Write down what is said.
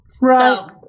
Right